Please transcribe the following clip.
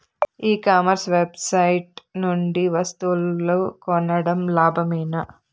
ఈ commerce website నుండి వస్తువులు కొనడం లాభమేనా?